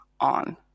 on